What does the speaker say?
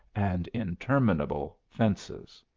and interminable fences.